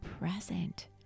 present